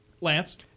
Lance